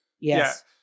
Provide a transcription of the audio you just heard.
Yes